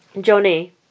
Johnny